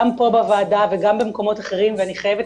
גם פה בוועדה וגם במקומות אחרים ואני חייבת